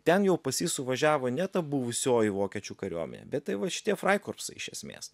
ten jau pas jį suvažiavo ne ta buvusioji vokiečių kariuomenė bet tai va šitie fraikorpsai iš esmės